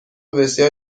بسیار